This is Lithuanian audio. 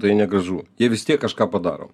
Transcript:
tai negražu jie vis tiek kažką padaro